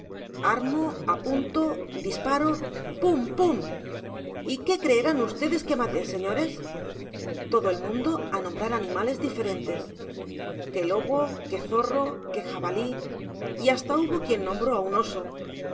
armo apunto disparo pum pum y qué creerán ustedes que maté señores todo el mundo a nombrar animales diferentes que lobo que zorro que jabalí y hasta hubo quien nombró a un oso